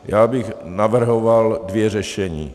Já bych navrhoval dvě řešení.